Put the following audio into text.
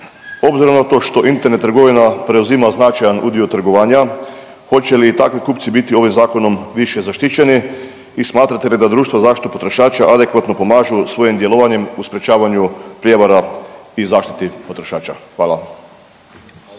Obzirom na to što Internet trgovina preuzima značajan udio trgovanja hoće li i takvi kupci biti ovim zakonom više zaštićeni i smatrate li da društvo za zaštitu potrošača adekvatno pomažu svojim djelovanjem u sprječavanju prijevari i zaštiti potrošača? Hvala.